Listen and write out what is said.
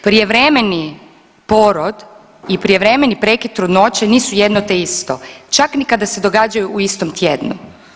Prijevremeni porod i prijevremeni prekid trudnoće nisu jedno te isto čak ni kada se događaju u istom tjednu.